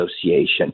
Association